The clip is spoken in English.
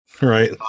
Right